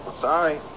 Sorry